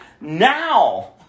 now